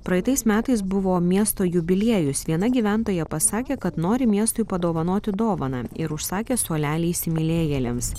praeitais metais buvo miesto jubiliejus viena gyventoja pasakė kad nori miestui padovanoti dovaną ir užsakė suolelį įsimylėjėliams